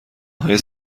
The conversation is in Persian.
های